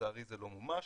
לצערי זה לא מומש.